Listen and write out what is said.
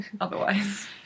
otherwise